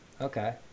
okay